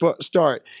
start